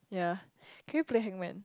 ya can you play hangman